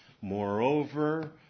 moreover